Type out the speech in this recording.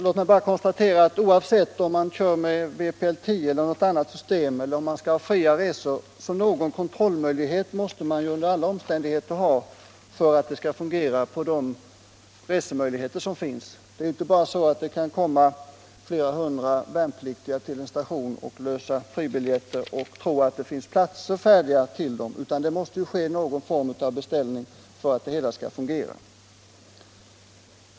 Låt mig också säga att oavsett om vi har vpl 10 eller något annat system så måste man under alla omständigheter ha någon kontrollmöjlighet för att resorna skall fungera. Det kan ju inte gå till så att flera hundra värnpliktiga kommer till en station och löser fribiljetter, och att man då tror att det finns platser till alla, utan det måste alltid ske någon form av beställning för att det hela skall fungera.